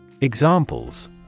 Examples